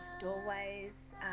doorways